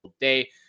day